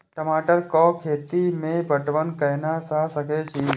टमाटर कै खैती में पटवन कैना क सके छी?